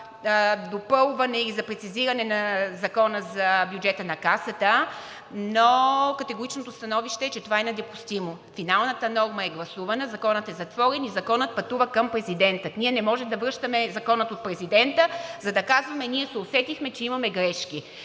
за допълване и за прецизиране на Закона за бюджета на Касата, но категоричното становище е, че това е недопустимо. Финалната норма е гласувана, Законът е затворен и Законът пътува към президента. Ние не можем да връщаме Закона от президента, за да казваме – ние се усетихме, че имаме грешки.